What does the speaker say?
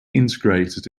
integrated